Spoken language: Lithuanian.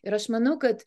ir aš manau kad